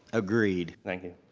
agreed. thank you.